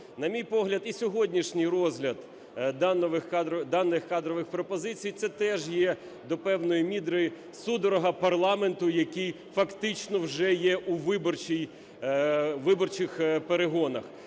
На мій погляд, і сьогоднішній розгляд даних кадрових пропозицій – це теж є до певної міри судорога парламенту, який фактично вже є у виборчій… у виборчих